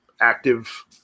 active